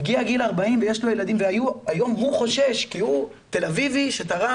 הגיע לגיל 40 ויש לו ילדים והיום הוא חושש כי הוא תל אביבי שתרם